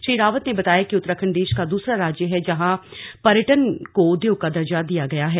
श्री रावत ने बताया कि उत्तराखण्ड देश का दूसरा राज्य है जहां पर्यटन को उद्योग का दर्जा दिया गया है